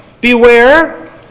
beware